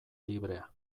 librea